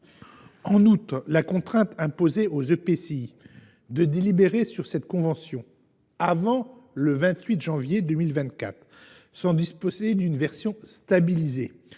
En outre, la contrainte imposée aux EPCI de délibérer sur cette convention avant le 28 janvier 2024 sans disposer d’une version stabilisée